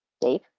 Dave